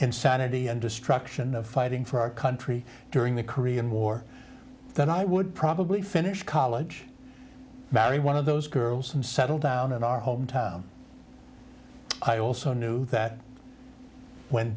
insanity and destruction of fighting for our country during the korean war then i would probably finish college marry one of those girls and settle down in our hometown i also knew that when